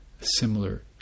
similar